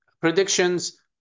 predictions